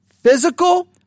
Physical